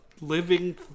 living